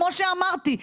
כמו שאמרתי,